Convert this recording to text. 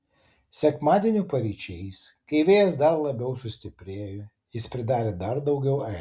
sekmadienio paryčiais kai vėjas dar labiau sustiprėjo jis pridarė dar daugiau aibių